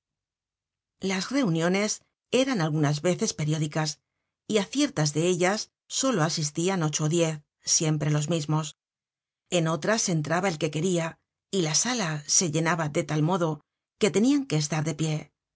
las reuniones eran algunas veces periódicas y á ciertas de ellas solo asistian ocho ó diez siempre los mismos en otras entraba el que queria y la sala se llenaba de tal modo que tenian que estar de pie